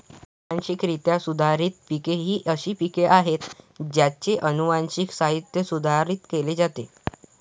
अनुवांशिकरित्या सुधारित पिके ही अशी पिके आहेत ज्यांचे अनुवांशिक साहित्य सुधारित केले जाते